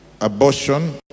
abortion